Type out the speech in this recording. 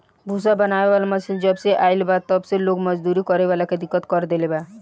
भूसा बनावे वाला मशीन जबसे आईल बा तब से लोग मजदूरी करे वाला के दिक्कत कर देले बा